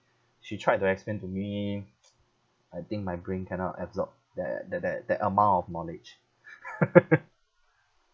she tried to explain to me I think my brain cannot absorb that that that that amount of knowledge